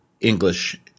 English